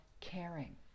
caring